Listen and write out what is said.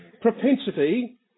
propensity